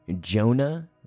Jonah